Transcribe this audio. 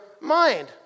mind